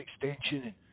extension